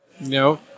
No